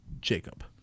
Jacob